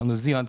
בניו זילנד,